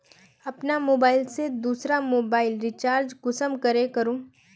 अपना मोबाईल से दुसरा मोबाईल रिचार्ज कुंसम करे करूम?